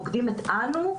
פוקדים את "אנו",